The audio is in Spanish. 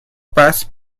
paz